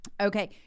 okay